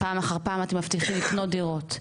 פעם אחר פעם אתם מבטיחים לקנות דירות,